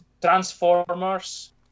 Transformers